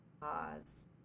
pause